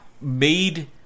made